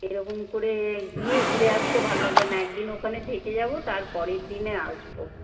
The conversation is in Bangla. এরকম করে গিয়ে ঘুরে আসতে ভালো লাগবে না একদিন ওখানে থেকে যাব তার পরের দিনে আসব